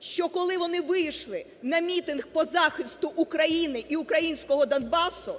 що, коли вони вийшли на мітинг по захисту України і українського Донбасу,